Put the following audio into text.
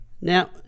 Now